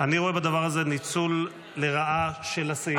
אני רואה בדבר הזה ניצול לרעה של הסעיף בתקנון.